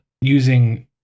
using